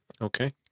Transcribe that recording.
Okay